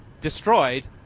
destroyed